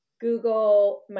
Google